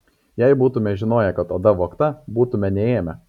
jei būtume žinoję kad oda vogta būtume neėmę